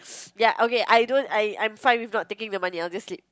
ya okay I don't I I'm fine with not taking the money obviously